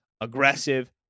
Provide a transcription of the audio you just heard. aggressive